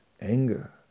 anger